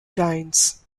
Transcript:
gaines